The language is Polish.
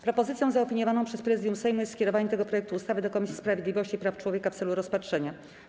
Propozycją zaopiniowaną przez Prezydium Sejmu jest skierowanie tego projektu ustawy do Komisji Sprawiedliwości i Praw Człowieka w celu rozpatrzenia.